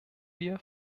wir